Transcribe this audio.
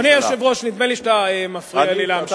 אדוני היושב-ראש, נדמה לי שאתה מפריע לי להמשיך.